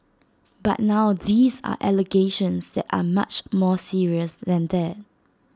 but now these are allegations that are much more serious than that